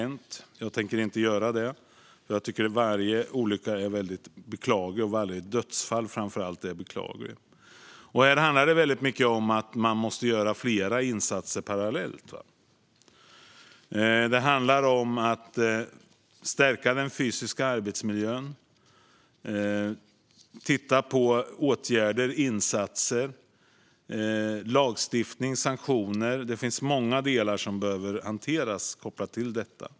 Jag tänker inte göra det. Jag tycker att varje olycka är väldigt beklaglig. Framför allt är varje dödsfall beklagligt. Här handlar det väldigt mycket om att man måste göra flera insatser parallellt. Det handlar om att stärka den fysiska arbetsmiljön och om att titta på åtgärder, insatser, lagstiftning och sanktioner. Det finns många delar som behöver hanteras kopplat till detta.